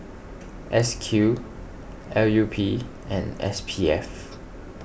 S Q L U P and S P F